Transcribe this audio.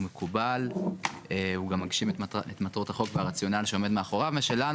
הניקיון אלא רק לעשות הליך טכני שמשקף לצרכן את מחיר השקית.